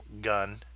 gun